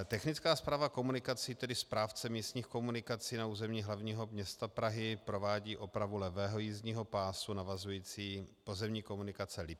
Technická správa komunikací, tedy správce místních komunikací na území hlavního města Prahy, provádí opravu levého jízdního pásu navazující pozemní komunikace Lipská.